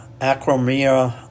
acromia